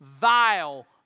vile